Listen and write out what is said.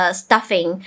stuffing